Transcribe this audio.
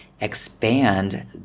expand